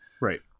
right